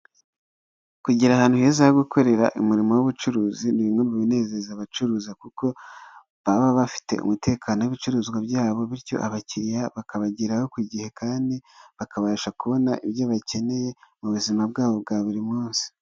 Kugira ahantu heza ho gukorera imirimo y'ubucuruzi ni bimwe mu binezeza abacuruzi, kuko baba bafite umutekano w'ibicuruzwa byabo, bityo abakiriya bakabageraho ku gihe kandi, bakabasha kubona ibyo bakeneye mu buzima bwabo bwa buri munsi.